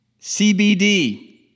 CBD